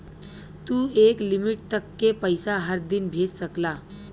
तू एक लिमिट तक के पइसा हर दिन भेज सकला